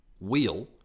wheel